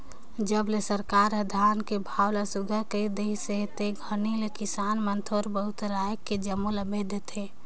जब ले सरकार हर धान कर भाव ल सुग्घर कइर देहिस अहे ते घनी ले किसान मन थोर बहुत राएख के जम्मो ल बेच देथे